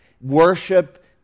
worship